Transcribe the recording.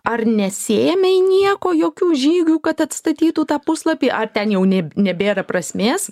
ar nesiėmei nieko jokių žygių kad atstatytų tą puslapį ar ten jau neb nebėra prasmės